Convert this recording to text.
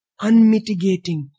unmitigating